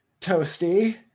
Toasty